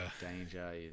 Danger